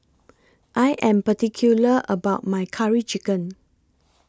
I Am particular about My Curry Chicken